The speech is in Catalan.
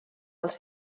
als